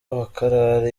bakarara